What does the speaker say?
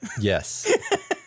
Yes